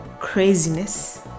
craziness